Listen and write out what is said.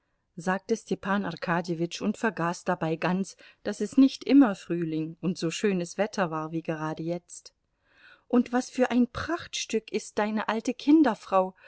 sagte stepan arkadjewitsch und vergaß dabei ganz daß es nicht immer frühling und so schönes wetter war wie gerade jetzt und was für ein prachtstück ist deine alte kinderfrau